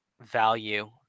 value